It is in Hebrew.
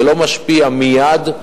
זה לא משפיע מייד,